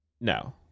no